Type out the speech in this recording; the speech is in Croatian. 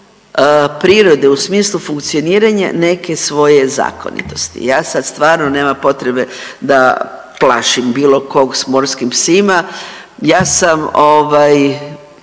prirode, u smislu funkcioniranja neke svoje zakonitosti. Ja sad stvarno nema potrebe da plašim bilo kog s morskim psima, ja sam ovaj